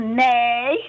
nay